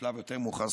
בשלב המאוחר יותר,